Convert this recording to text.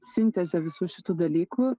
sintezė visų šitų dalykų